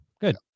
good